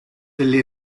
delle